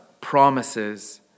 promises